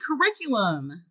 curriculum